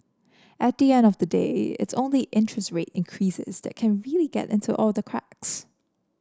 at the end of the day it's only interest rate increases that can really get into all the cracks